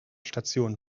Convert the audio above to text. station